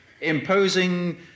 imposing